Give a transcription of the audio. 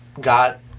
got